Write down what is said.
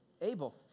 Abel